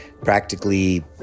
practically